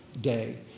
day